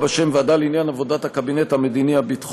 בשם "ועדה לעניין עבודת הקבינט המדיני-הביטחוני",